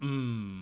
mm